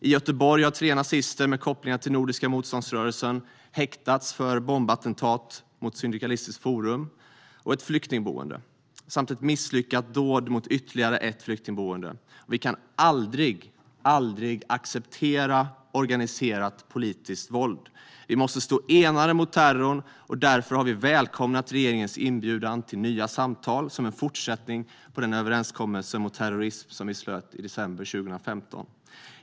I Göteborg har tre nazister med kopplingar till Nordiska motståndsrörelsen häktats för bombattentat mot Syndikalistiskt forum och ett flyktingboende samt ett misslyckat dåd mot ytterligare ett flyktingboende. Vi kan aldrig, aldrig acceptera organiserat politiskt våld. Vi måste stå enade mot terrorn. Därför har vi välkomnat regeringens inbjudan till nya samtal som en fortsättning på den överenskommelse mot terrorism som vi slöt i december 2015.